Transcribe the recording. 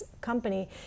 company